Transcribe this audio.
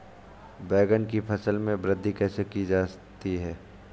बैंगन की फसल में वृद्धि कैसे की जाती है?